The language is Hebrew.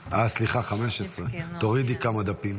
סליחה, 15, תורידי כמה דפים.